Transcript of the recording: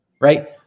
right